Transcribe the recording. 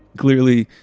clearly,